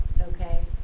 okay